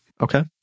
Okay